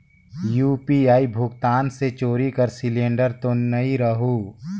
UPI भुगतान मे चोरी कर सिलिंडर तो नइ रहु?